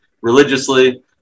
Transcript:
religiously